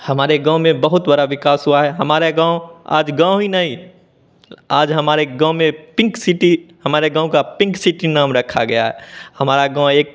हमारे गाँव में बहुत बड़ा विकास हुआ है हमारे गाँव आज गाँव ही नहीं आज हमारे गाँव में पिंक सिटी हमारे गाँव की पिंक सिटी नाम रखा गया है हमारा गाँव एक